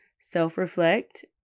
self-reflect